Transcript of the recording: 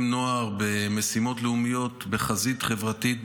נוער במשימות לאומיות בחזית חברתית,